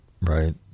right